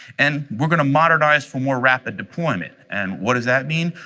and we're going to modernize for more rapid deployment. and what does that mean?